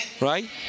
Right